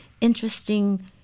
interesting